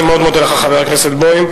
אני מאוד מודה לך, חבר הכנסת בוים.